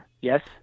Yes